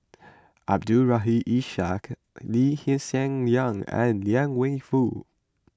Abdul Rahim Ishak Lee Hsien Yang and Liang Wenfu